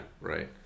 Right